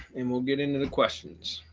and we'll get into the questions.